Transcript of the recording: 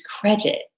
credit